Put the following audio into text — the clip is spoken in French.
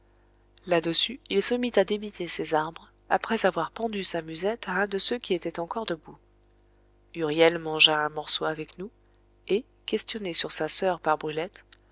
là-dessus il se mit à débiter ses arbres après avoir pendu sa musette à un de ceux qui étaient encore debout huriel mangea un morceau avec nous et questionné sur sa soeur par brulette